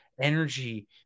energy